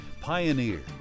Pioneer